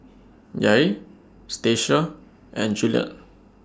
Yair Stasia and Juliet